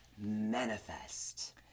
Manifest